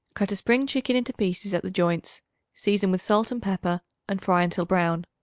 cut a spring chicken into pieces at the joints season with salt and pepper and fry until brown.